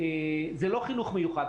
זה לא חינוך מיוחד,